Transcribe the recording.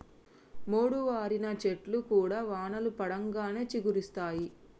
మోడువారిన చెట్లు కూడా వానలు పడంగానే చిగురిస్తయి